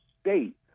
State